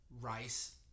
rice